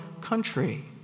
country